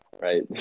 Right